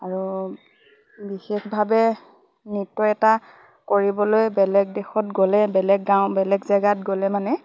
আৰু বিশেষভাৱে নৃত্য এটা কৰিবলৈ বেলেগ দেশত গ'লে বেলেগ গাঁও বেলেগ জেগাত গ'লে মানে